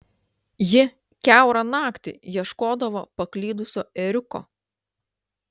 ji kiaurą naktį ieškodavo paklydusio ėriuko